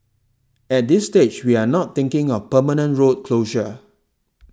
at this stage we are not thinking of permanent road closure